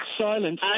Silence